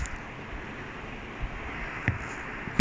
இப்போ உனக்கு நான் அமுச்சி விடுறேன்:ippo unakku naan amuchi viduraen I will forward